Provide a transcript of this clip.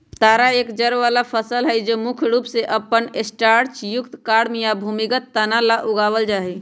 तारा एक जड़ वाला फसल हई जो मुख्य रूप से अपन स्टार्चयुक्त कॉर्म या भूमिगत तना ला उगावल जाहई